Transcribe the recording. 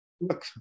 look